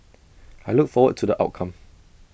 I look forward to the outcome